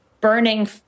burning